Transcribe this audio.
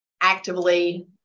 actively